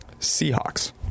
Seahawks